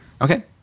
Okay